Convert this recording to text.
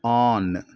on